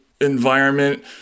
environment